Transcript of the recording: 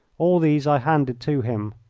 all these i handed to him.